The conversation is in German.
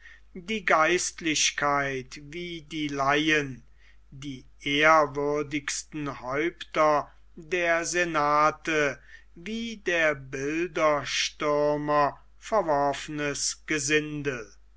die geistlichkeit wie die laien die ehrwürdigsten häupter der senate wie der bilderstürmer verworfenes gesindel